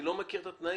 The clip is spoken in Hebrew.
אני לא מכיר את התנאים.